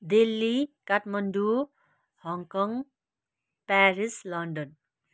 Delhi Kathmandu Hong Kong Paris London